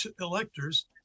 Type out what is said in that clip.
electors